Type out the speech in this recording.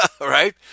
right